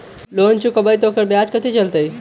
Loan चुकबई त ओकर ब्याज कथि चलतई?